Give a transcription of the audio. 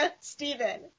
Stephen